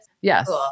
yes